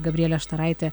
gabrielė štaraitė